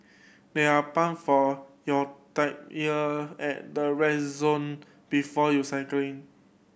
there are pump for your tyre at the zone before you cycling